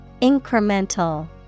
Incremental